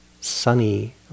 sunny